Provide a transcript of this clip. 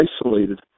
isolated